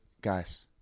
guys